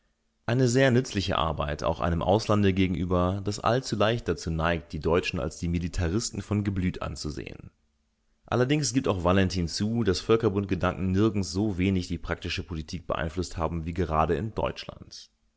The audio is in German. eine sehr nützliche arbeit auch einem auslande gegenüber das allzu leicht dazu neigt die deutschen als die militaristen von geblüt anzusehen allerdings gibt auch valentin zu daß völkerbundgedanken nirgends so wenig die praktische politik beeinflußt haben wie gerade in deutschland